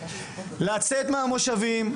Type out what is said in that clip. לצאת מהמושבים.